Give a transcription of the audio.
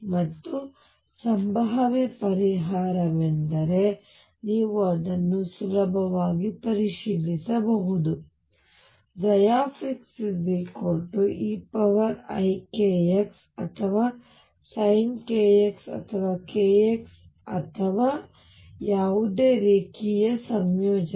ಮತ್ತು ಸಂಭಾವ್ಯ ಪರಿಹಾರವೆಂದರೆ ನೀವು ಅದನ್ನು ಸುಲಭವಾಗಿ ಪರಿಶೀಲಿಸಬಹುದು xeikx ಅಥವಾ sin kx ಅಥವಾ kx ಅಥವಾ ಯಾವುದೇ ರೇಖೀಯ ಸಂಯೋಜನೆ